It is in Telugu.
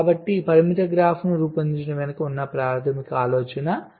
కాబట్టి పరిమితి గ్రాఫ్ను రూపొందించడం వెనుక ఉన్న ప్రాథమిక ఆలోచన ఇది